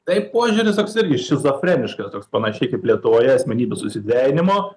tai požiūris toks irgi šizofreniškas toks panašiai kaip lietuvoje asmenybės susidvejinimo